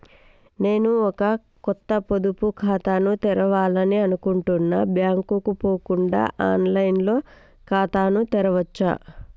నేను ఒక కొత్త పొదుపు ఖాతాను తెరవాలని అనుకుంటున్నా బ్యాంక్ కు పోకుండా ఆన్ లైన్ లో ఖాతాను తెరవవచ్చా?